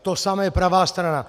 To samé pravá strana.